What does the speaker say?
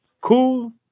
cool